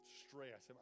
stress